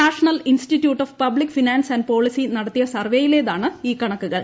national institute of public finance and policy നടത്തിയ survey യിലേതാണ് ഈ കണക്കുകൾ